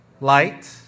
light